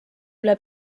üle